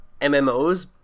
MMOs